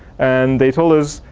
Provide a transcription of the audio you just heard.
and they told us,